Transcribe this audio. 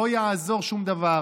לא יעזור שום דבר,